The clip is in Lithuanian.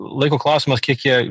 laiko klausimas kiek jie